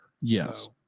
yes